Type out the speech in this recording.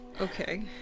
Okay